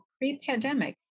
pre-pandemic